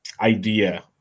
idea